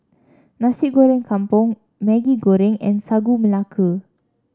Nasi Goreng Kampung Maggi Goreng and Sagu Melaka